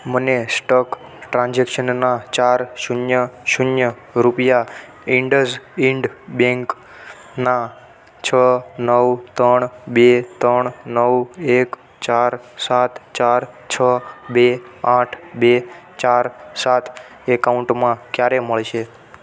મને સ્ટોક ટ્રાન્ઝેક્શનના ચાર શૂન્ય શૂન્ય રૂપિયા ઈન્ડસઈન્ડ બેંક ના છ નવ તણ બે ત્રણ નવ એક ચાર સાત ચાર છ બે આઠ બે ચાર સાત એકાઉન્ટમાં ક્યારે મળશે